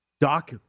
Doc